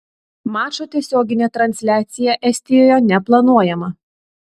mačo tiesioginė transliacija estijoje neplanuojama